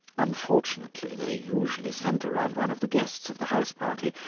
unfortunately they usually centre round one of the guests of the house party,